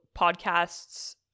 podcasts